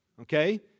okay